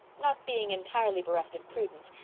not being entirely bereft of prudence,